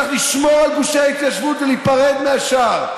צריך לשמור על גושי ההתיישבות ולהיפרד מהשאר,